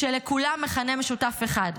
שלכולם מכנה משותף אחד: